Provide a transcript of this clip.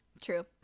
true